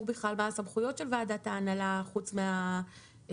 מה הסמכויות של ועדת ההנהלה חוץ מהייעוץ